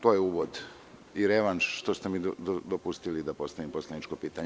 To je uvod i revanš što ste mi dopustili da postavim poslaničko pitanje.